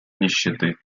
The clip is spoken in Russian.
нищеты